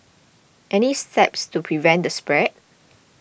any steps to prevent the spread